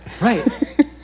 Right